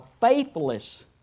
faithless